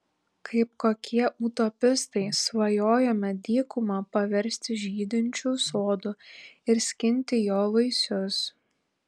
kaip kokie utopistai svajojome dykumą paversti žydinčiu sodu ir skinti jo vaisius